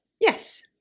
Yes